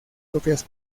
propias